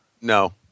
No